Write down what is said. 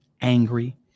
angry